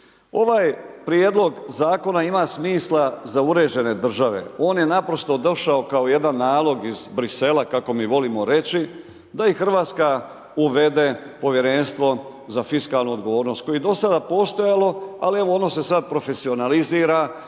Ovaj Prijedlog zakona ima smisla za uređene države, on je naprosto došao kao jedan nalog iz Brisela, kako mi volimo reći, da i RH uvede Povjerenstvo za fiskalnu odgovornost, koje je do sada postojali, ali, evo, ono se sada profesionalizira, imati